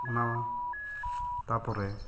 ᱚᱱᱟ ᱛᱟᱯᱚᱨᱮ